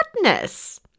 madness